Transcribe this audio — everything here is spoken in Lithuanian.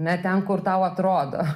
na ten kur tau atrodo